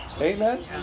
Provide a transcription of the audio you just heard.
Amen